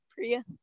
Priya